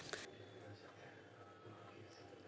चंपा का फूल छोटा सफेद तुझा पीले रंग का होता है